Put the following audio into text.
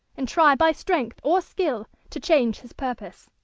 and try by strength or skill to change his purpose.